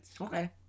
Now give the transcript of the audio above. Okay